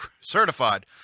certified